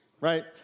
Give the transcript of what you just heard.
right